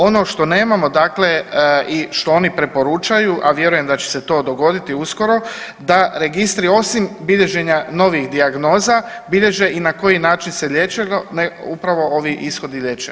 Ono što nemamo, dakle i ono što oni preporučaju a vjerujem da će se to dogoditi uskoro da registri osim bilježenja novih dijagnoza bilježe i na koji način se liječe upravo ovi ishodi liječenja.